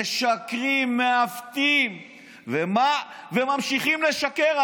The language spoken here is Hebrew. משקרים, מעוותים וממשיכים לשקר.